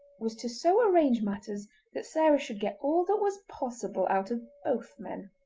was to so arrange matters that sarah should get all that was possible out of both men.